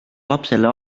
lapsele